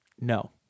No